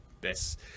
best